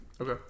Okay